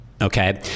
Okay